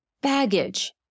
baggage